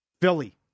Philly